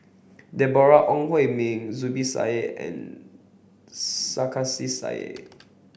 Deborah Ong Hui Min Zubir Said and Sarkasi Said